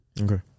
Okay